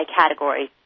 category